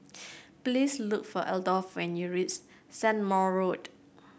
please look for Adolf when you reach Strathmore Road